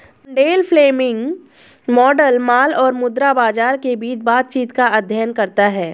Mundell Fleming model माल और मुद्रा बाजार के बीच बातचीत का अध्ययन करता है